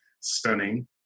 stunning